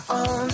on